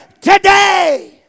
today